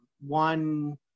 one